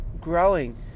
growing